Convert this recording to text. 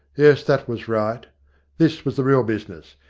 yes, that was right this was the real business.